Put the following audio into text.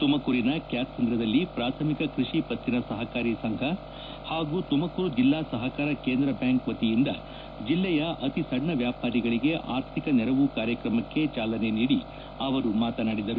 ತುಮಕೂರಿನ ಕ್ಯಾತ್ಸಂದ್ರದಲ್ಲಿ ಪ್ರಾಥಮಿಕ ಕೃಷಿ ಪತ್ರಿನ ಸಹಕಾರಿ ಸಂಘ ಹಾಗೂ ತುಮಕೂರು ಜಿಲ್ಲಾ ಸಹಕಾರ ಕೇಂದ್ರ ಬ್ಯಾಂಕ್ ವತಿಯಿಂದ ಜಿಲ್ಲೆಯ ಶ್ರಮಿಕ ಅತಿ ಸಣ್ಣ ವ್ಯಾಪಾರಿಗಳಿಗೆ ಆರ್ಥಿಕ ನೆರವು ಕಾರ್ಯಕ್ರಮಕ್ಕೆ ಚಾಲನೆ ನೀಡಿ ಅವರು ಮಾತನಾಡಿದರು